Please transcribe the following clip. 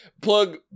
plug